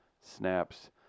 snaps